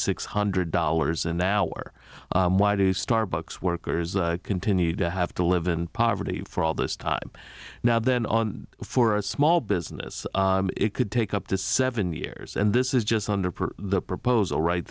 six hundred dollars an hour why do starbucks workers continue to have to live in poverty for all this time now then on for a small business it could take up to seven years and this is just under the proposal right